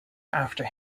after